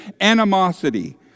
animosity